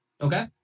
Okay